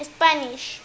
Spanish